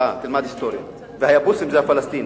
תקרא, תלמד היסטוריה, והיבוסים זה הפלסטינים.